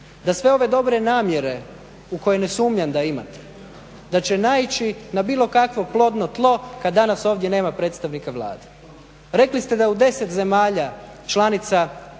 da sve ove dobre namjere u koje ne sumnjam da imate da će naići na bilo kakvo plodno tlo kada danas ovdje nema predstavnika Vlade. Rekli ste da u 10 zemalja članica